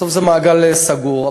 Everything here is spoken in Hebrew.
בסוף זה מעגל סגור.